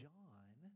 John